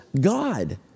God